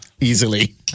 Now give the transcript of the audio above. easily